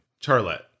Charlotte